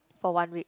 for one week